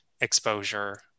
exposure